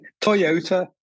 Toyota